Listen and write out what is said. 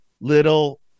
little